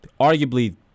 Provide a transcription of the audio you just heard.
arguably